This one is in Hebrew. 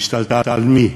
השתלטה על מי?